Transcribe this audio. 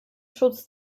schutz